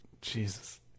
Jesus